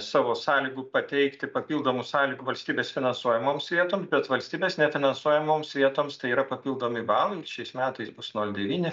savo sąlygų pateikti papildomų sąlygų valstybės finansuojamoms vietom bet valstybės nefinansuojamoms vietoms tai yra papildomi balai šiais metais bus nol devyni